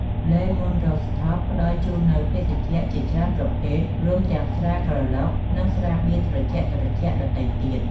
លេ មូន រូហ្វថប (Le Moon Rooftop) ផ្ដល់ជូននូវភេសជ្ជៈជាច្រើនប្រភេទ រួមទាំងស្រាក្រឡុក និងស្រាបៀរត្រជាក់ៗដទៃទៀត។